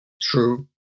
True